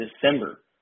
December